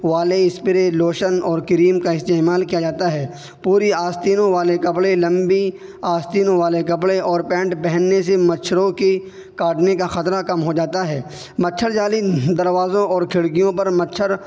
والے spray lotion اور cream کا استعمال کیا جاتا ہے پوری آستینوں والے کپڑے لمبی آستینوں والے کپڑے اور پینٹ پہننے سے مچھروں کی کاٹنے کا خطرہ کم ہو جاتا ہے مچھر جالی دروازوں اور کھڑکیوں پر مچھر